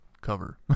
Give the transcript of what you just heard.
cover